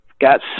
got